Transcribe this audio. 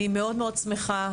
אני מאוד שמחה,